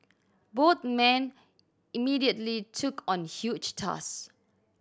both men immediately took on huge tasks